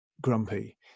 grumpy